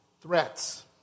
threats